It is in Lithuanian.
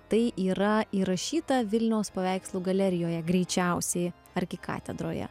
tai yra įrašyta vilniaus paveikslų galerijoje greičiausiai arkikatedroje